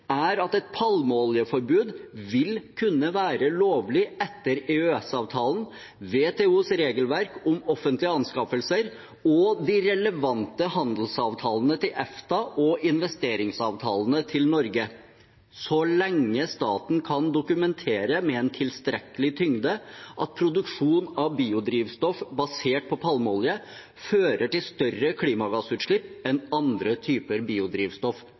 er at et palmeoljeforbud vil kunne være lovlig etter EØS-avtalen, WTOs regelverk om offentlige anskaffelser og de relevante handelsavtalene til EFTA og investeringsavtalene til Norge, så lenge staten kan dokumentere med en tilstrekkelig tyngde at produksjon av biodrivstoff basert på palmeolje fører til større klimagassutslipp enn andre typer biodrivstoff.»